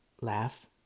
laugh